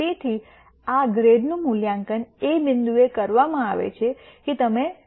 તેથી આ ગ્રેડનું મૂલ્યાંકન એ બિંદુએ કરવામાં આવે છે કે તમે હાલમાં છો